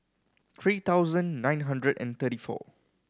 three thousand nine hundred and thirty four